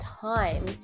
time